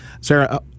Sarah